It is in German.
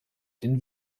den